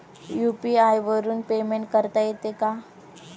UPI वरून payment करता येते का?